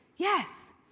Yes